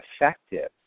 effective